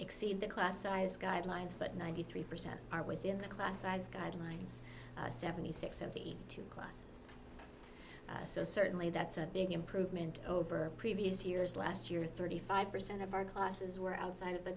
exceed the class size guidelines but ninety three percent are within the class size guidelines seventy six dollars of the two classes so certainly that's a big improvement over previous years last year thirty five percent of our classes were outside of the